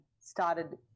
started